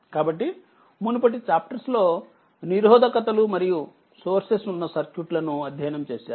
కాబట్టిమునుపటి chapters లో నిరోధకతలు మరియు సోర్సెస్ ఉన్న సర్క్యూట్లను అధ్యయనం చేశారు